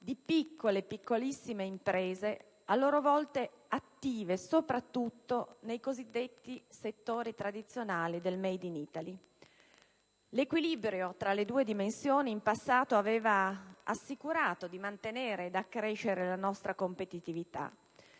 di piccole e piccolissime imprese a loro volta attive soprattutto nei cosiddetti settori tradizionali del*made in Italy*. L'equilibrio tra le due dimensioni aveva in passato assicurato la possibilità di mantenere ed accrescere la nostra competitività;